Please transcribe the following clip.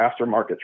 aftermarket